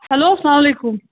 hello سلام علیکُم